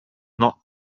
not